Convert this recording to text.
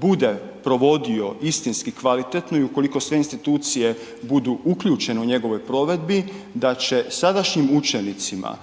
bude provodio istinski kvalitetno i ukoliko sve institucije budu uključene u njegovoj provedbi da će sadašnjim učenicima,